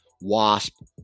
wasp